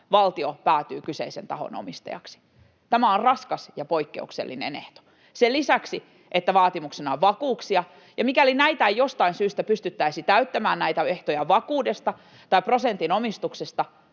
valtio päätyy kyseisen tahon omistajaksi. Tämä on raskas ja poikkeuksellinen ehto sen lisäksi, että vaatimuksena on vakuuksia. Ja mikäli ei jostain syystä pystyttäisi täyttämään näitä ehtoja vakuudesta tai prosentin omistuksesta,